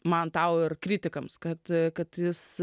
man tau ir kritikams kad kad jis